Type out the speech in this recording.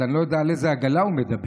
אז אני לא יודע על איזו עגלה הוא מדבר.